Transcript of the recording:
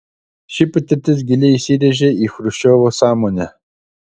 ši patirtis giliai įsirėžė į chruščiovo sąmonę